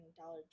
Dollar